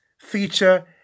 feature